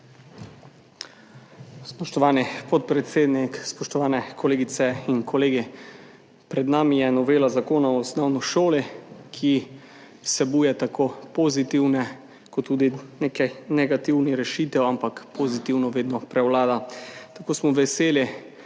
Spoštovani podpredsednik, spoštovane kolegice in kolegi! Pred nami je novela Zakona o osnovni šoli, ki vsebuje tako pozitivne kot tudi nekaj negativnih rešitev, ampak pozitivno vedno prevlada. Tako smo veseli,